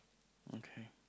okay